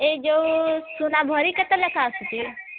ଏ ଯଉ ସୁନା ଭରି କେତେ ଲେଖାଁ ଆସୁଛି